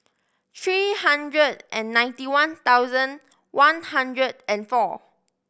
three hundred and ninety one thousand one hundred and four